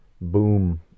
Boom